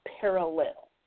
parallel